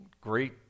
great